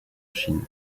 chine